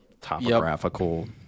topographical